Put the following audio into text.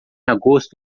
agosto